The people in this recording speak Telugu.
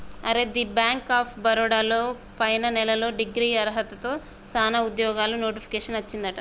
అరే ది బ్యాంక్ ఆఫ్ బరోడా లో పైన నెలలో డిగ్రీ అర్హతతో సానా ఉద్యోగాలు నోటిఫికేషన్ వచ్చిందట